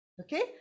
Okay